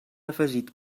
afegit